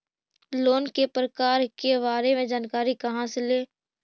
Loan के प्रकार के बारे मे जानकारी कहा से ले?